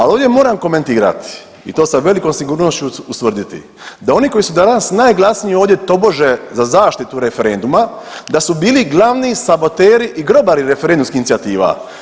Ali, ovdje moram komentirati i to sa velikom sigurnošću ustvrditi da oni koji su danas najglasniji ovdje, tobože za zaštitu referenduma, da su bili glavni saboteri i grobari referendumskih inicijativa.